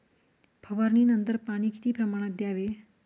फवारणीनंतर पाणी किती प्रमाणात द्यावे?